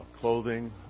clothing